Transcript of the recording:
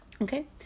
Okay